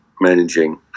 managing